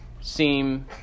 seem